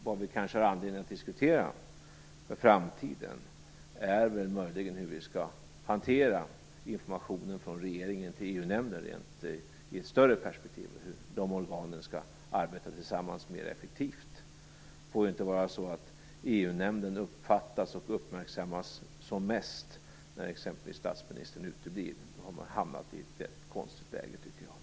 Vad vi kanske har anledning att diskutera inför framtiden är möjligen hur vi skall hantera informationen från regeringen till EU-nämnden i ett större perspektiv och hur dessa organ skall arbeta mer effektivt tillsammans. Det får inte vara så att EU-nämnden uppmärksammas som mest när t.ex. statsministern uteblir. Då tycker jag att man har hamnat i ett konstigt läge.